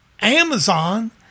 amazon